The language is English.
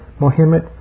Mohammed